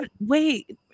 wait